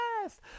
yes